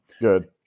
Good